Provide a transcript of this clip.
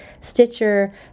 Stitcher